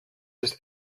ist